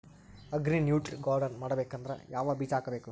Agri nutri garden ಮಾಡಬೇಕಂದ್ರ ಯಾವ ಬೀಜ ಹಾಕಬೇಕು?